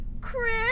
Chris